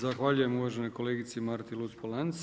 Zahvaljujem uvaženoj kolegici Marti Luc-Polanc.